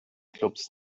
klubs